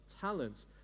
talents